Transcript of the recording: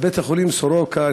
בבית-החולים סורוקה,